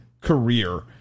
career